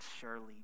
surely